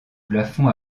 plafond